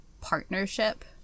partnership